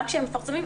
גם כשהם מפרסמים,